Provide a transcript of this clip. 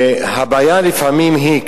הבעיה לפעמים היא,